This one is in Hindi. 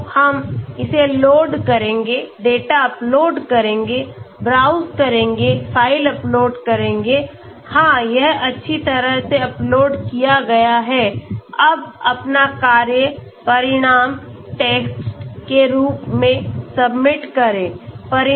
तो हम इसे लोड करेंगे डेटा अपलोड करेंगे ब्राउज़ करेंगे फ़ाइल अपलोड करेंगे हां यह अच्छी तरह से अपलोड किया गया है अब अपना कार्य परिणाम टेक्स्ट के रूप में सबमिट करें